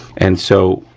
and so,